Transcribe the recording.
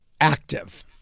active